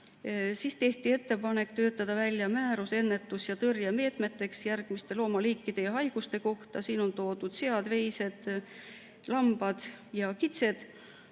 Tehti ettepanek töötada välja määrus ennetus- ja tõrjemeetmeteks järgmiste loomaliikide haiguste kohta. Siin on toodud sead, veised, lambad ja kitsed.